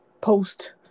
post